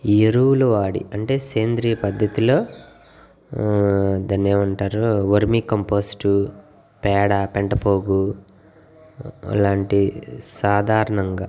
ఈ ఎరువులు వాడి అంటే సేంద్రియ పద్ధతిలో దాన్ని ఏవంటారు వరిమీకంపోస్టు పేడ పెంటపోగు అలాంటి సాధారణంగా